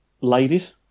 ladies